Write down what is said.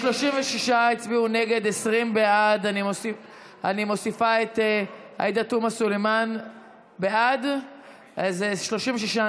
ההצעה להעביר לוועדה את הצעת חוק עסקאות למכירת נשק או ציוד